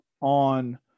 on –